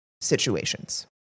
situations